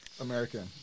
American